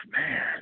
man